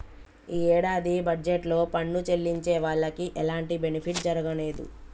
యీ యేడాది బడ్జెట్ లో పన్ను చెల్లించే వాళ్లకి ఎలాంటి బెనిఫిట్ జరగనేదు